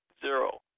zero